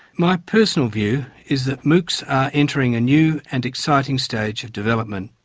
my personal view is that moocs are entering a new and exciting stage of development.